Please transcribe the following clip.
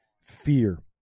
fear